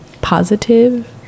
Positive